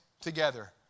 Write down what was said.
together